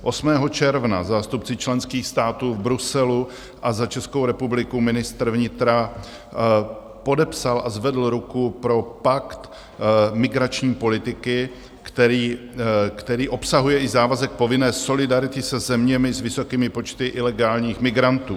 8. června zástupci členských států v Bruselu a za Českou republiku ministr vnitra podepsal a zvedl ruku pro pakt migrační politiky, který obsahuje i závazek povinné solidarity se zeměmi s vysokými počty ilegálních migrantů.